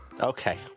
Okay